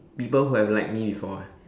people who have liked me before eh